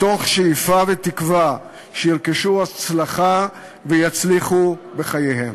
מתוך שאיפה ותקווה שירכשו השכלה ויצליחו בחייהם.